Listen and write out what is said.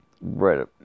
right